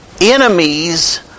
enemies